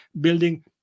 building